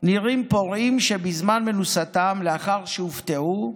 נראים פורעים שבזמן מנוסתם, לאחר שהופתעו,